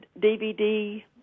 DVD